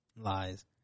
Lies